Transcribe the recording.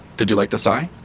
did you like the sigh?